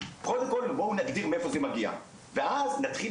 קודם כל בואו נגדיר מאיפה זה מגיע ואז נתחיל